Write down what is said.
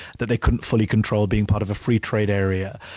that they couldn't fully control being part of a free trade area.